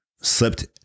slipped